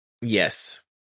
Yes